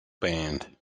band